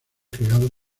creado